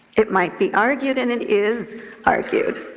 it might be argued, and it is argued,